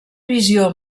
visió